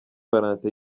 valentin